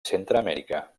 centreamèrica